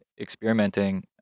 experimenting